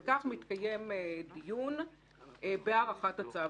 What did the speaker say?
וכך מתקיים דיון בהארכת הצו.